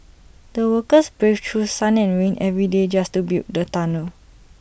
the workers braved through sun and rain every day just to build the tunnel